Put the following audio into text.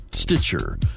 Stitcher